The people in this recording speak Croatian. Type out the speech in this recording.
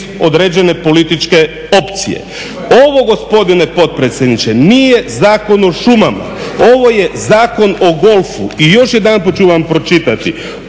određene političke opcije. Ovo gospodine potpredsjedniče nije Zakon o šumama, ovo je Zakon o golfu. I još jedanput ću vam pročitati